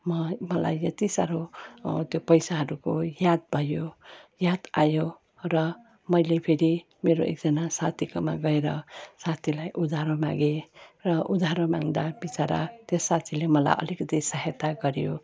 म मलाई यति साह्रो म त्यो पैसाहरूको याद भयो याद आयो र मैले फेरि मेरो एकजना साथीकोमा गएर साथीलाई उधारो मागेँ र उधारो माग्दा विचारा त्यो साथीले मलाई अलिकति सहायता गर्यो